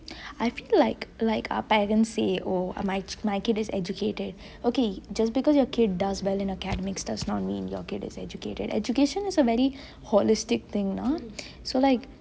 I feel like like our parents say oh my kid is educated okay just because your kid does well in academics does not mean your kid is educated education is a very holistic thing ah so